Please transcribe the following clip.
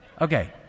Okay